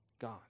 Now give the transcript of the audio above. God